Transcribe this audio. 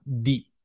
deep